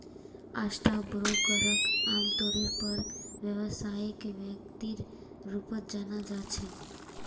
stock ब्रोकरक आमतौरेर पर व्यवसायिक व्यक्तिर रूपत जाना जा छे